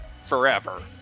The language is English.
forever